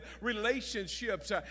relationships